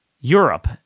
Europe